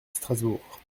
strasbourg